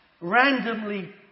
randomly